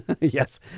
Yes